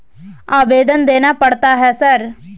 आवेदन देना पड़ता है सर?